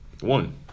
One